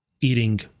eating